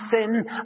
sin